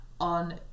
on